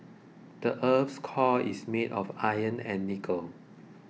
the earth's core is made of iron and nickel